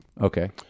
Okay